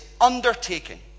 undertaken